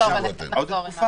רק תחשבו על זה.